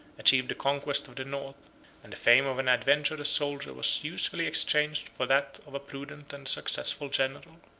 achieved the conquest of the north and the fame of an adventurous soldier was usefully exchanged for that of a prudent and successful general.